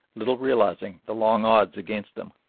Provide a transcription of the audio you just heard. little realising the long odds against them.